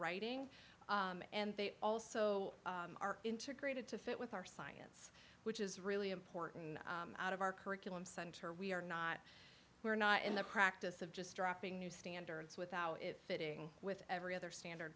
writing and they also are integrated to fit with our science which is really important out of our curriculum center we are not we're not in the practice of just dropping new standards without if it is with every other standard